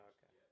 Okay